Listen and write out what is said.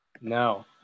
no